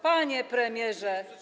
Panie Premierze.